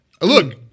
Look